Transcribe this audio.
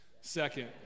Second